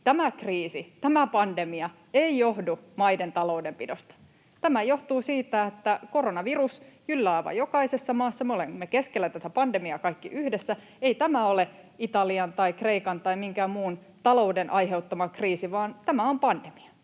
Tämä kriisi, tämä pandemia, ei johdu maiden taloudenpidosta. Tämä johtuu siitä, että koronavirus jyllää aivan jokaisessa maassa. Me olemme keskellä tätä pandemiaa kaikki yhdessä. Ei tämä ole Italian tai Kreikan tai minkään muun talouden aiheuttama kriisi, vaan tämä on pandemia.